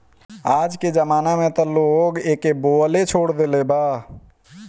आजके जमाना में त लोग एके बोअ लेछोड़ देले बा